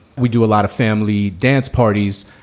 we do a lot of family dance parties,